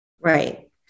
Right